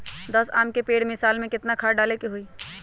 दस आम के पेड़ में साल में केतना खाद्य डाले के होई?